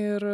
ir